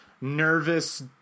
nervous